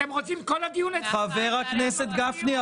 חבר הכנסת גפני,